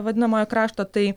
vadinamojo krašto tai